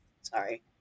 sorry